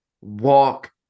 walk